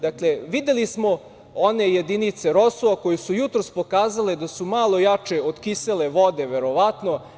Dakle, videli smo one jedinice ROSU koje su jutros pokazale da su malo jače od kisele vode, verovatno.